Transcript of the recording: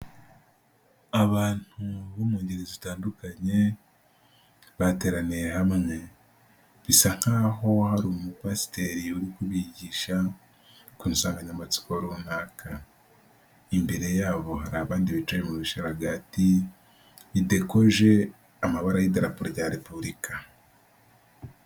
Abantu bo mu ngeri zitandukanye, bateraniye hamwe, bisa nk'aho hari umupasiteri uri kubigisha, ku nsanganyamatsiko runaka, imbere yabo hari abandi bica mubisharagati, nidekoje amabara y'idaraparo rya Repubulika.